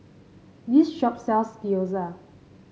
this shop sells Gyoza